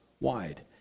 wide